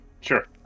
sure